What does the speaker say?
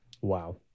Wow